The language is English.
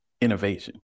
innovation